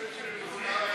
אפשר להוסיף אותי?